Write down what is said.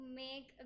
make